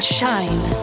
shine